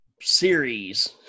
series